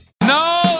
No